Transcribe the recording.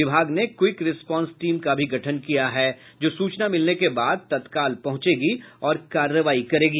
विभाग ने quick response team का भी गठन किया है जो सूचना मिलने के बाद तत्काल पहुंचेगी और कार्रवाई करेगी